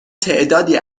تعدادی